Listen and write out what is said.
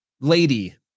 lady